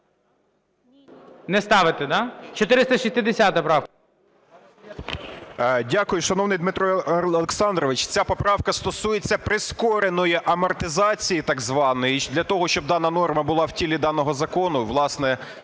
Не ставити, да? 460 правка.